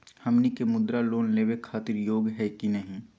हमनी के मुद्रा लोन लेवे खातीर योग्य हई की नही?